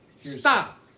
Stop